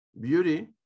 beauty